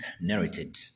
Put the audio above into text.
narrated